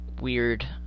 weird